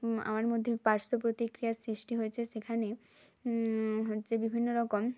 আমার মধ্যে পার্শ্বপ্রতিক্রিয়া সৃষ্টি হয়েছে সেখানে হচ্ছে বিভিন্ন রকম